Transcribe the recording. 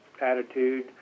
attitude